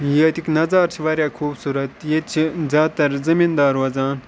ییٚتِکۍ نظارٕ چھِ واریاہ خوٗبصوٗرت ییٚتہِ چھِ زیادٕ تَر زٔمیٖندار روزان